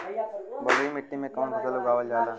बलुई मिट्टी में कवन फसल उगावल जाला?